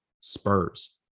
Spurs